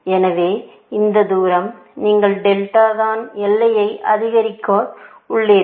எனவே இந்த தூரம் நீங்கள் டெல்டா தான் எல்லையை அதிகரித்து உள்ளீர்கள்